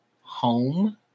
home